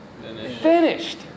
finished